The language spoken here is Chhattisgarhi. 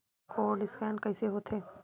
कोर्ड स्कैन कइसे होथे?